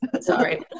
Sorry